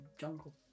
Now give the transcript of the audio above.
jungle